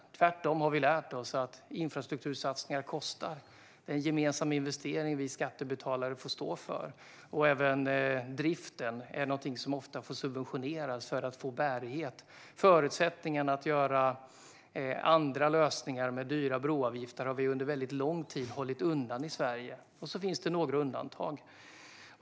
Tvärtom har vi lärt oss att infrastruktursatsningar kostar. Det är en gemensam investering som vi skattebetalare får stå för. Även driften får ofta subventioneras för att få bärighet. Förutsättningarna att göra andra lösningar med dyra broavgifter har vi under lång tid hållit undan i Sverige, med några undantag.